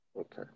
okay